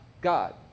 God